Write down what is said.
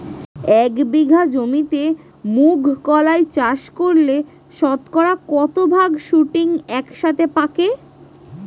এক বিঘা জমিতে মুঘ কলাই চাষ করলে শতকরা কত ভাগ শুটিং একসাথে পাকে?